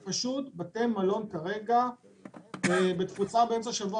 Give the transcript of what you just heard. בתי המלון עומדים על תפוסת אפס באמצע השבוע,